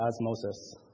osmosis